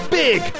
big